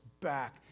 back